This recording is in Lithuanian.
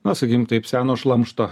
na sakykim taip seno šlamšto